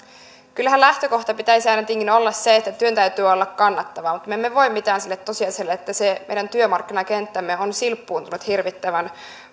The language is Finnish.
kyllähän lähtökohdan pitäisi aina tietenkin olla se että työn täytyy olla kannattavaa mutta me emme voi mitään sille tosiasialle että meidän työmarkkinakenttämme on silppuuntunut hirvittävän